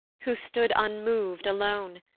who stood unmov'd alone,